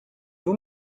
vous